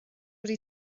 wedi